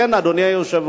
לכן, אדוני היושב-ראש,